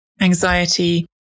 anxiety